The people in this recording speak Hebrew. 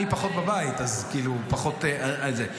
אני פחות בבית, אז כאילו פחות זה.